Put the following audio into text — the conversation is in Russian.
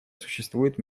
существует